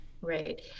Right